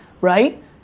right